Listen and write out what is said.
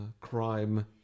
crime